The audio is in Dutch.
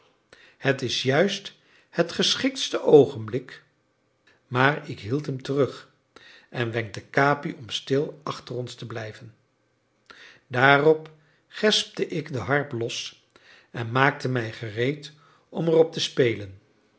het is juist het geschiktste oogenblik maar ik hield hem terug en wenkte capi om stil achter ons te blijven daarop gespte ik de harp los en maakte mij gereed om erop te spelen